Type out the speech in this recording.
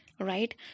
Right